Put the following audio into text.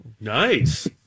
Nice